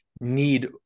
need